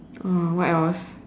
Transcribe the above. oh what else